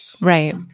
Right